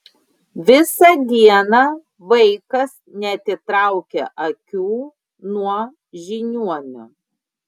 visą dieną vaikas neatitraukė akių nuo žiniuonio